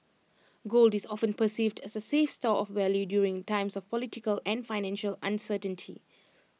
gold is often perceived as A safe store of value during times of political and financial uncertainty